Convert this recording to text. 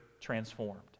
transformed